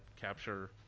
capture